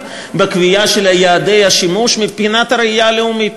בקביעה של יעדי השימוש מבחינת הראייה הלאומית,